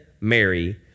Mary